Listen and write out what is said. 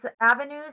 avenues